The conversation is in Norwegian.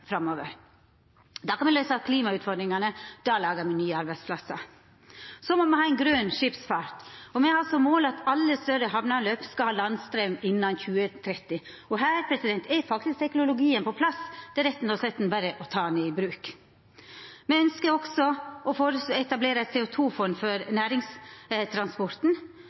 framover. Då kan me løysa klimautfordringane, då lagar me nye arbeidsplassar. Så må me ha ein grøn skipsfart. Me har som mål at alle større hamneanløp skal ha landstraum innan 2030. Her er teknologien på plass, det er rett og slett berre å ta han i bruk. Me skal også etablera eit CO 2 -fond for næringstransporten,